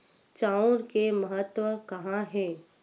चांउर के महत्व कहां हे?